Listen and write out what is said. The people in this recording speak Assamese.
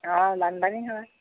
অঁ বানপানী হয়